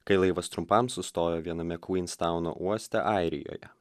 kai laivas trumpam sustojo viename kvinstauno uoste airijoje